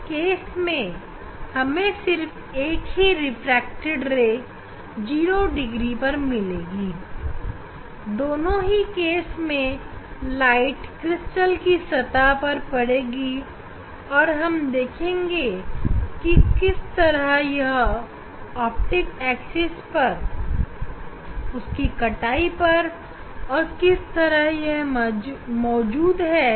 इस प्रकरण में हमें सिर्फ एक ही रिफ्रैक्टेड किरण 0 डिग्री पर मिलेगी दोनों ही प्रकरण में लाइट क्रिस्टल की सतह पर पड़ेगी और हम ऐसा इसलिए देख रहे हैं क्योंकि यह ऑप्टिक एक्सिस है इस तरह से इस क्रिस्टल की कटाई हुई है और इसमें ऑप्टिक एक्सिस कि इस तरह से मौजूदगी है